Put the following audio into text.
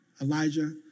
Elijah